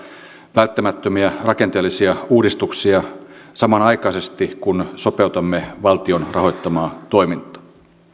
välttämättömiä rakenteellisia uudistuksia samanaikaisesti kun sopeutamme valtion rahoittamaa toimintaa